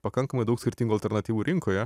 pakankamai daug skirtingų alternatyvų rinkoje